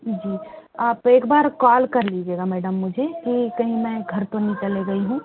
जी आप एक बार कॉल कर लीजिएगा मैडम मुझे कि कहीं मैं घर तो नहीं चली गई हूँ